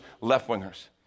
left-wingers